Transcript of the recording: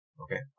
Okay